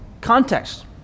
context